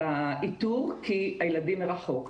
באיתור כי הילדים מרחוק.